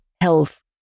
health